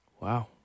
Wow